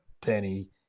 Penny